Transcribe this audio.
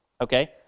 okay